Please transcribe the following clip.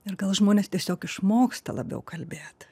ir gal žmonės tiesiog išmoksta labiau kalbėt